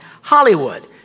Hollywood